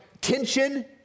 tension